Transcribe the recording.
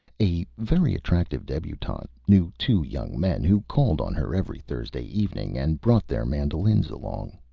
a very attractive debutante knew two young men who called on her every thursday evening, and brought their mandolins along.